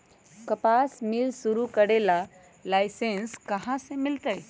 कपास मिल शुरू करे ला लाइसेन्स कहाँ से मिल तय